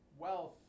wealth